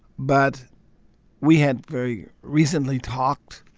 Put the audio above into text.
but we had very recently talked,